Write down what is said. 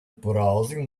browsing